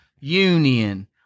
union